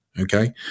Okay